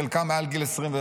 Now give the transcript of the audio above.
שגיל חלקם מעל 21,